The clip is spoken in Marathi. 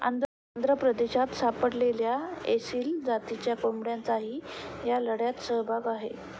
आंध्र प्रदेशात सापडलेल्या एसील जातीच्या कोंबड्यांचाही या लढ्यात सहभाग आहे